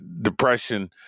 depression